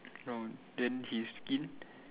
oh from then his skin